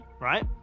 Right